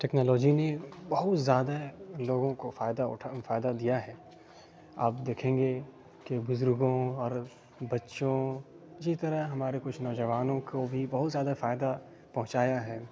technology نے بہت زیادہ لوگوں کو فائدہ اٹھا فائدہ دیا ہے آپ دیکھیں گے کہ بزرگوں اور بچوں اسی طرح ہمارے کچھ نوجوانوں کو بھی بہت زیادہ فائدہ پہنچایا ہے